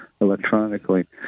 electronically